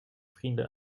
vrienden